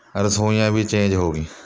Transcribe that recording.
ਰਸੋਈਆਂ ਵੀ ਚੇਂਜ ਹੋ